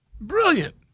Brilliant